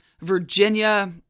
Virginia